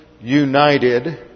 united